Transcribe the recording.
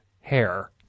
hair